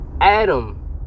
Adam